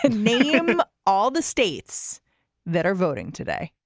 and make him all the states that are voting today